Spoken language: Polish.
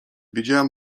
wiedziałem